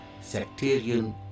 sectarian